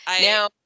now